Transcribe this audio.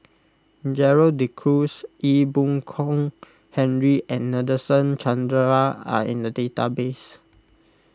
Gerald De Cruz Ee Boon Kong Henry and Nadasen Chandra are in the database